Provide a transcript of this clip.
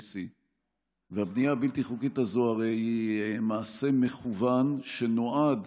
C. הבנייה הבלתי-חוקית הזאת היא הרי מעשה מכוון שנועד